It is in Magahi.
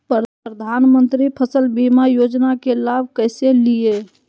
प्रधानमंत्री फसल बीमा योजना के लाभ कैसे लिये?